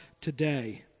today